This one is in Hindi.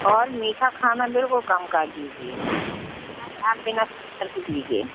और मीठा खाना बिलकुल कम कर दीजिए चाय आप बिना शक्कर के पीजिए